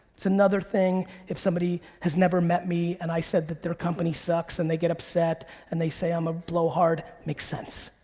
it's another thing if somebody has never met me and i said that their company sucks and they get upset and they say i'm a blowhard. makes sense.